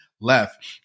left